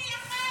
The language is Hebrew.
עם מי נילחם?